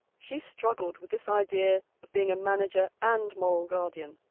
she struggled with this idea of being a manager and moral guardian,